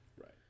right